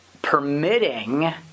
permitting